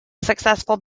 successful